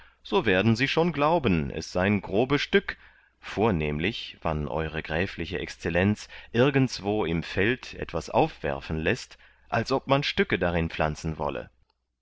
so werden sie schon glauben es sein grobe stück vornehmlich wann e gräfl exzell irgendswo im feld etwas aufwerfen läßt als ob man stücke dahin pflanzen wollte